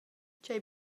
tgei